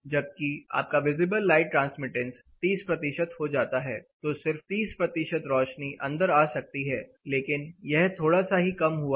जबकि आपका visible light transmittance 30 हो जाता है तो सिर्फ 30 रोशनी अंदर आ सकती है लेकिन यह थोड़ा सा ही कम हुआ है